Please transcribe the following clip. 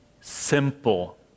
simple